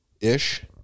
ish